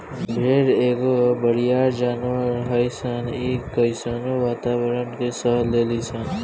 भेड़ एगो बरियार जानवर हइसन इ कइसनो वातावारण के सह लेली सन